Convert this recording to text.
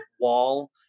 wall